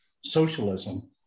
socialism